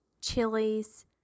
chilies